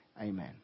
amen